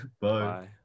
bye